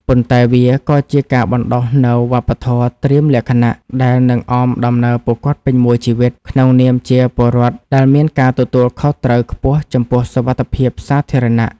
ប៉ុន្តែវាក៏ជាការបណ្ដុះនូវ វប្បធម៌ត្រៀមលក្ខណៈ ដែលនឹងអមដំណើរពួកគាត់ពេញមួយជីវិត ក្នុងនាមជាពលរដ្ឋដែលមានការទទួលខុសត្រូវខ្ពស់ចំពោះសុវត្ថិភាពសាធារណៈ។